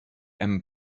program